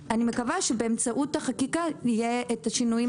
אני מקווה שבאמצעות החקיקה ייעשו השינויים